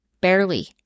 Barely